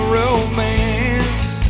romance